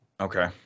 okay